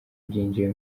byinjiye